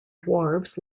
dwarves